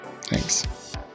Thanks